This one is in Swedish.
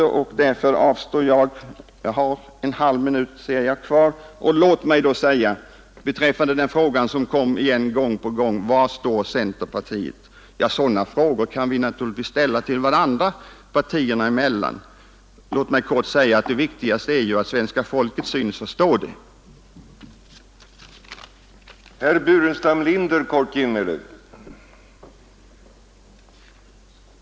Jag vill därför bara avslutningsvis beröra en fråga som herr Ekström gång på gång återkom till, nämligen: Var står centerpartiet? Vi kan naturligtvis ställa sådana frågor till varandra partierna emellan — vi blir kanske inte klokare för det — men det viktigaste är ändå att svenska folket förstår var centern står, och så synes ju vara fallet.